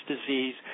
disease